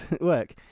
Work